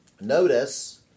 notice